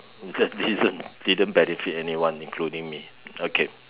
it just didn't didn't benefit anyone including me okay